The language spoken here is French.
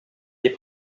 les